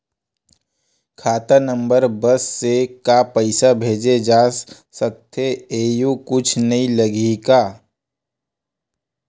खाता नंबर बस से का पईसा भेजे जा सकथे एयू कुछ नई लगही का?